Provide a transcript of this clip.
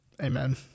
amen